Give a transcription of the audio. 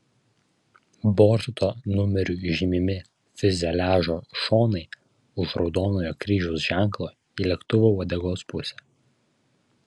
borto numeriu žymimi fiuzeliažo šonai už raudonojo kryžiaus ženklo į lėktuvo uodegos pusę